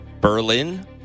Berlin